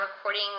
recording